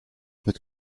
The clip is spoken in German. mit